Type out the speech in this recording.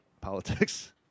politics